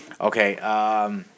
Okay